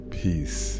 peace